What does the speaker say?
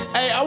Hey